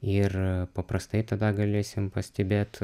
ir paprastai tada galėsim pastebėt